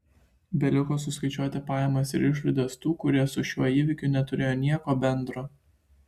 beliko suskaičiuoti pajamas ir išlaidas tų kurie su šiuo įvykiu neturėjo nieko bendro